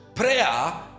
Prayer